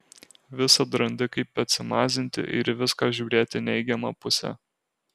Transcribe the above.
visad randi kaip atsimazinti ir į viską žiūrėti neigiama puse